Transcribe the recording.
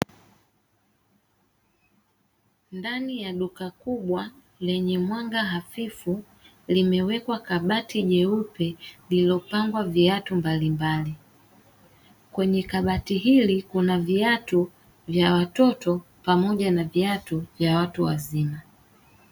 Ndani ya duka kubwa lenye mwanga hafifu limewekwa kabati jeupe lililopangwa viatu mbalimbali, kwenye kabati hili kuna viatu vya watoto pamoja na viatu vya watu wazima.